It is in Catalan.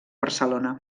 barcelona